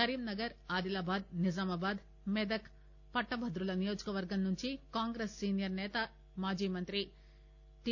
కరీంనగర్ ఆదిలాబాద్ నిజామాబాద్ మెదక్ పట్టభద్రుల నియోజకవర్గం నుంచి కాంగ్రెస్ సీనియర్ సేత మాజీ మంత్రి టి